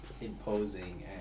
imposing